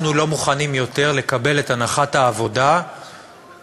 אנחנו לא מוכנים יותר לקבל את הנחת העבודה שההשתלבות